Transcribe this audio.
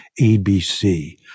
ABC